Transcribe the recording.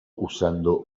usando